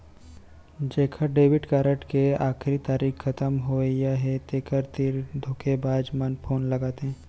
जेखर debit card के आखरी तारीख खतम होवइया हे तेखर तीर धोखेबाज मन फोन लगाथे